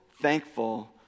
thankful